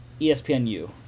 ESPNU